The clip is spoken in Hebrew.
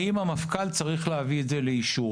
האם המפכ"ל צריך להביא את זה לאישורו?